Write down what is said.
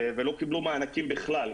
ולא קיבלו מענקים בכלל.